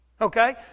Okay